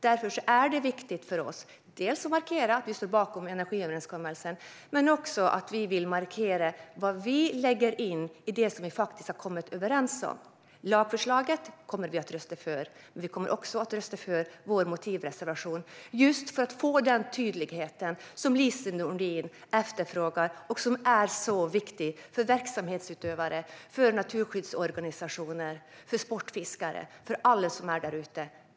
Därför är det viktigt för oss att markera att vi står bakom energiöverenskommelsen. Men vi vill också markera vad vi lägger in i det som vi har kommit överens om. Lagförslaget kommer vi att rösta för. Men vi kommer också att rösta för vår motivreservation just för att få den tydlighet som Lise Nordin efterfrågar och som är så viktig för verksamhetsutövare, för naturskyddsorganisationer, för sportfiskare och för alla som är där ute.